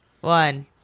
one